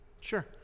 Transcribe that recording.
Sure